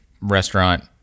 restaurant